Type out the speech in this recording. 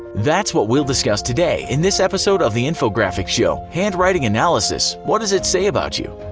that's what we'll discuss today, in this episode of the infographics show, handwriting analysis what does it say about you?